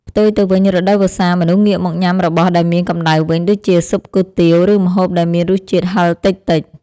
ផ្ទុយទៅវិញរដូវវស្សាមនុស្សងាកមកញ៉ាំរបស់ដែលមានកម្តៅវិញដូចជាស៊ុបគុយទាវ ឬម្ហូបដែលមានរសជាតិហឹរតិចៗ។